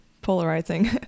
polarizing